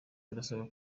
barasaba